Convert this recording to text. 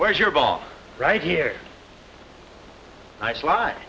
where is your ball right here i fly